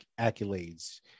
accolades